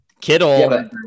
Kittle